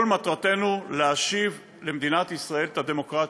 כל מטרתנו להשיב למדינת ישראל את הדמוקרטיה,